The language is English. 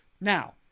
Now